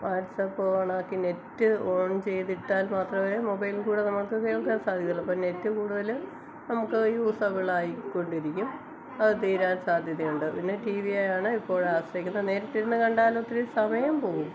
WhatsApp on ആക്കി net on ചെയ്തിട്ടാൽ മാത്രമേ മൊബൈലിൽ കൂടെ നമുക്ക് കേൾക്കാൻ സാധിക്കത്തുള്ളൂ അപ്പോൾ നെറ്റ് കൂടുതല് നമുക്ക് യൂസബിൾ ആയി കൊണ്ടിരിക്കും അത് തീരാൻ സാധ്യതയുണ്ട് പിന്നെ ടീവിയെയാണ് ഇപ്പോഴ് ആശ്രയിക്കുന്നത് നേരിട്ടിരുന്ന് കണ്ടാൽ ഒത്തിരി സമയം പോവും